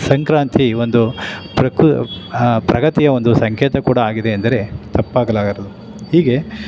ಸಂಕ್ರಾತಿ ಒಂದು ಪ್ರಕೃ ಪ್ರಗತಿಯ ಒಂದು ಸಂಕೇತ ಕೂಡ ಆಗಿದೆ ಎಂದರೆ ತಪ್ಪಾಗಲಾರದು ಹೀಗೆ